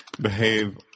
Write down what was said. behave